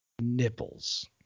nipples